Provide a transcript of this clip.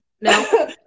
No